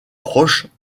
proches